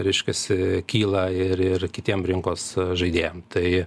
reiškiasi kyla ir ir kitiem rinkos žaidėjam tai